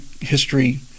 history